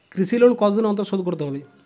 কৃষি লোন কতদিন অন্তর শোধ করতে হবে?